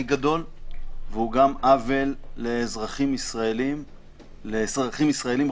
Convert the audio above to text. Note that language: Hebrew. גדול והוא גם עוול לאזרחים ישראלים רבים.